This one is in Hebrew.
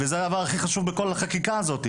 וזה הדבר הכי חשוב בכל החקיקה הזאת.